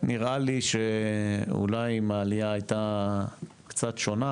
נראה לי שאולי אם העלייה היתה קצת שונה,